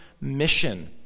mission